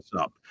up